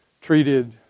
treated